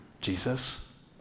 Jesus